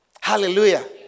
Hallelujah